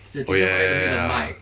oh ya ya ya ya